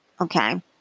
Okay